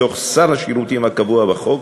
מתוך סל השירותים הקבוע בחוק,